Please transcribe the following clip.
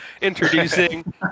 Introducing